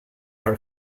are